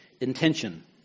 intention